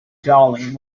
dowling